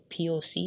poc